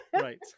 Right